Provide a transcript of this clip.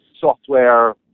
software